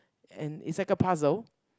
and it's like a puzzle